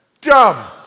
Dumb